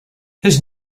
his